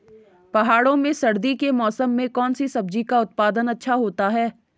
पहाड़ों में सर्दी के मौसम में कौन सी सब्जी का उत्पादन अच्छा होता है?